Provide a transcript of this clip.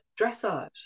dressage